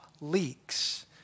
leaks